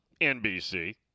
NBC